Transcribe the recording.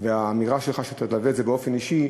והאמירה שלך שתגבה את זה באופן אישי,